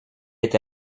est